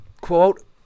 quote